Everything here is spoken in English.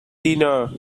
dinner